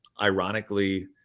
Ironically